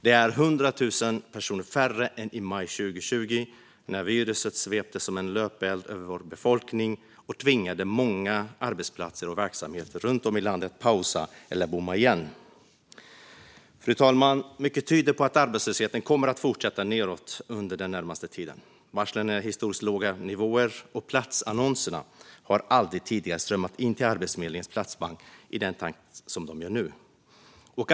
Det är 100 000 personer färre än i maj 2020 när viruset svepte som en löpeld över vår befolkning och tvingade många arbetsplatser och verksamheter runt om i landet att pausa eller bomma igen. Fru talman! Mycket tyder på att arbetslösheten kommer att fortsätta nedåt under den närmaste tiden. Varslen är på historiskt låga nivåer, och platsannonserna har aldrig tidigare strömmat in till Arbetsförmedlingens platsbank i den takt som de gör nu.